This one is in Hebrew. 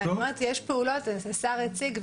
ואני אומרת, יש פעולות, השר הציג.